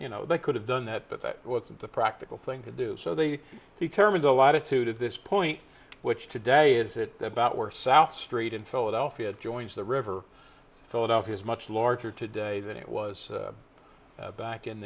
you know they could have done that but that wasn't the practical thing to do so they see kermit the latitude at this point which today is it about where south street in philadelphia joins the river philadelphia's much larger today than it was back in